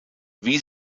wie